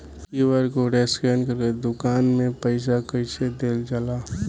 QR code scan करके दुकान में पईसा कइसे देल जाला?